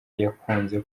yakunze